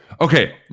Okay